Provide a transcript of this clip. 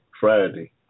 Friday